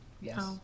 yes